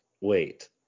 Wait